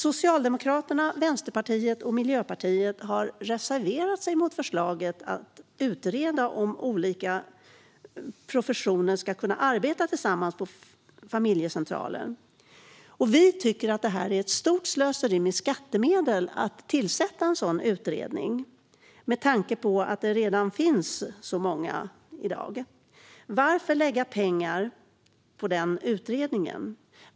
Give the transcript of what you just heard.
Socialdemokraterna, Vänsterpartiet och Miljöpartiet har reserverat sig mot förslaget att utreda om olika professioner ska kunna arbeta tillsammans på familjecentraler. Vi tycker att det är ett stort slöseri med skattemedel att tillsätta en sådan utredning med tanke på att det redan finns så många familjecentraler i dag. Varför ska man lägga pengar på denna utredning?